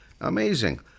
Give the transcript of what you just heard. Amazing